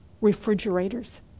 refrigerators